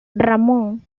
ramón